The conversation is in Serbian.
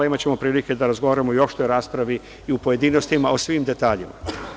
Imaćemo prilike da razgovaramo i u opštoj raspravi i u pojedinostima o svim detaljima.